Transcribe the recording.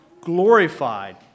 glorified